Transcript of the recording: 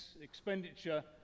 expenditure